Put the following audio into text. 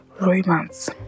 romance